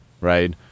right